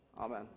Amen